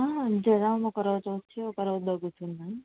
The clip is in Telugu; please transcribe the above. జ్వరం ఒకరోజు వచ్చి ఒకరోజు దగ్గుతుంది మ్యామ్